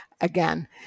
again